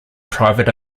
private